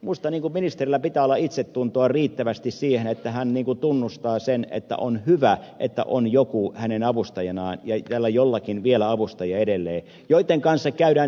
minusta ministerillä pitää olla itsetuntoa riittävästi siihen että hän tunnustaa sen että on hyvä että on joku hänen avustajanaan ja edelleen tällä jollakin vielä avustaja ja heidän kanssaan käydään